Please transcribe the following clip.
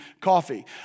coffee